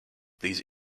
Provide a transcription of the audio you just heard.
these